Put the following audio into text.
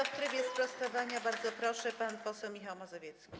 W trybie sprostowania, bardzo proszę, pan poseł Michał Mazowiecki.